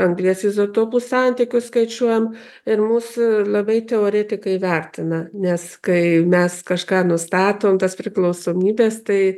anglies izotopų santykius skaičiuojam ir mus labai teoretikai vertina nes kai mes kažką nustatom tas priklausomybes tai